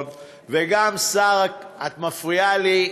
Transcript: כחלון וגם שר הכלכלה את מפריעה לי,